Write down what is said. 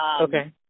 Okay